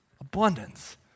abundance